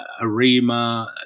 Arima